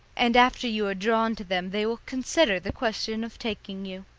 and after you are drawn to them they will consider the question of taking you.